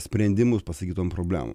sprendimus pasakytom problemom